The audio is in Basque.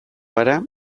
gara